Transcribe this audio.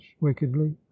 wickedly